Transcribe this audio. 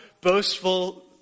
boastful